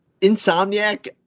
insomniac